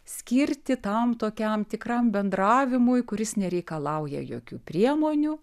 skirti tam tokiam tikram bendravimui kuris nereikalauja jokių priemonių